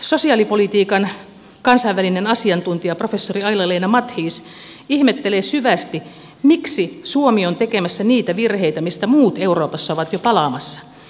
sosiaalipolitiikan kansainvälinen asiantuntija professori aila leena matthies ihmettelee syvästi miksi suomi on tekemässä niitä virheitä mistä muut euroopassa ovat jo palaamassa